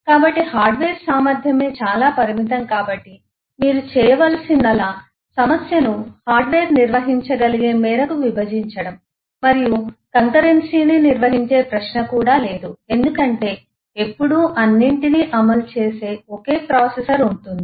కాబట్టి హార్డ్వేర్ సామర్థ్యమే చాలా పరిమితం కాబట్టి మీరు చేయవలసిందల్లా సమస్యను హార్డ్వేర్ నిర్వహించగలిగే మేరకు విభజించడం మరియు కంకరెన్సీని నిర్వహించే ప్రశ్న కూడా లేదు ఎందుకంటే ఎప్పుడూ అన్నింటినీ అమలు చేసే ఒకే ప్రాసెసర్ ఉంటుంది